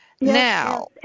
Now